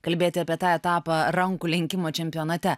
kalbėti apie tą etapą rankų lenkimo čempionate